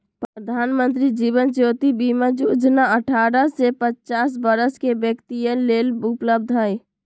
प्रधानमंत्री जीवन ज्योति बीमा जोजना अठारह से पचास वरस के व्यक्तिय लेल उपलब्ध हई